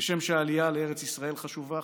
כשם שהעלייה לארץ ישראל חשובה,